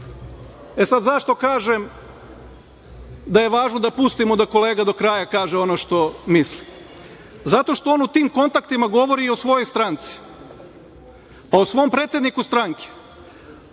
sad, zašto kažem da je važno da pustimo da kolega do kraja kaže ono što misli? Zato što on u tim kontaktima govori o svojoj stranci, a o svom predsedniku stranke